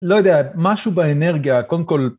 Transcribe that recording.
‫לא יודע, משהו באנרגיה, קודם כול...